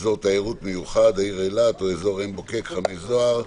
(אזור תיירות מיוחד העיר אילת או אזור עין בוקק-חמי זוהר),